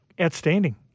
Outstanding